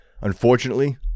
unfortunately